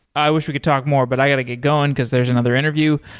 i wish we could talk more, but i got to get going, because there's another interview.